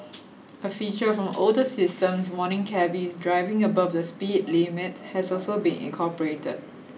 a feature from older systems warning cabbies driving above the speed limit has also been incorporated